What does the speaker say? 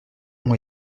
ont